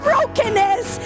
brokenness